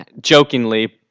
jokingly